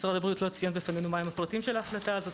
משרד הבריאות לא ציין בפנינו מה הם הפרטים של ההחלטה הזאת,